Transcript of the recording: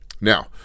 Now